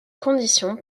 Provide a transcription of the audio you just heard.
condition